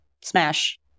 smash